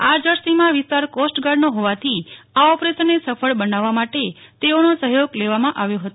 આ જળસીમા વિસ્તાર કોસ્ટગાર્ડનો હોવાથી આ ઓપરેશનને સફળ બનાવવા માટે તેઓનો સહ્યોગ લેવામાં આવ્યો હતો